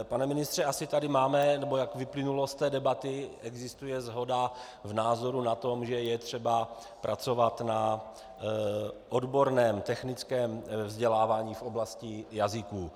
Pane ministře, asi tady máme, nebo jak vyplynulo z té debaty, existuje shoda v názoru na tom, že je třeba pracovat na odborném technickém vzdělávání v oblasti jazyků.